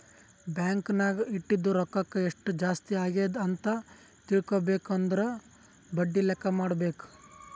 bank ನಾಗ್ ಇಟ್ಟಿದು ರೊಕ್ಕಾಕ ಎಸ್ಟ್ ಜಾಸ್ತಿ ಅಗ್ಯಾದ್ ಅಂತ್ ತಿಳ್ಕೊಬೇಕು ಅಂದುರ್ ಬಡ್ಡಿ ಲೆಕ್ಕಾ ಮಾಡ್ಬೇಕ